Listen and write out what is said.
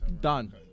Done